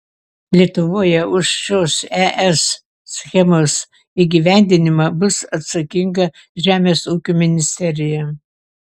lietuvoje už šios es schemos įgyvendinimą bus atsakinga žemės ūkio ministerija